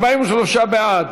43 בעד,